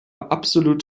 absolut